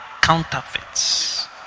counterfeits